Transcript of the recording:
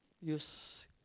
use